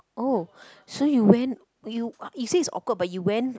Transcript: oh so you went you you say it's awkward but you went